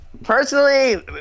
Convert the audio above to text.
Personally